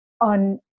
on